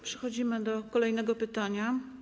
Przechodzimy do kolejnego pytania.